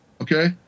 okay